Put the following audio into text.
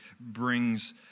brings